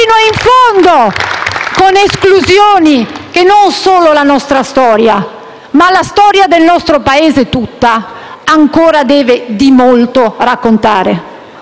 fino in fondo, con esclusioni che non solo la nostra storia, ma la storia del nostro Paese, tutta, ancora deve raccontare.